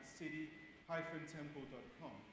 city-temple.com